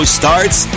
starts